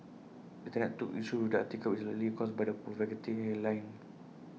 Internet took issue with the article which is likely caused by the provocative headline